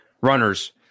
runners